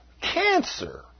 cancer